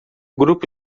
grupo